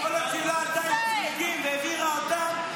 כל המדינה --- צמיגים והבעירה אותם,